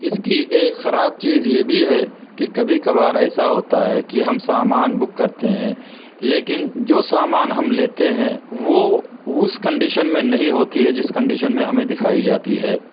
اس کی ایک خراب چیز یہ بھی ہے کہ کبھی کبھار ایسا ہوتا ہے کی ہم سامان بک کرتے ہیں لیکن جو سامان ہم لیتے ہیں وہ اس کنڈیشن میں نہیں ہوتی ہے جس کنڈیشن میں ہمیں دکھائی جاتی ہے